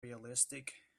realistic